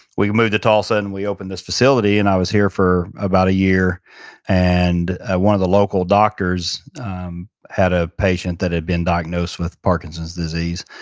we moved to tulsa and we opened this facility, and i was here for about a year and one of the local doctors had a patient that had been diagnosed with parkinson's disease,